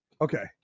Okay